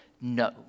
no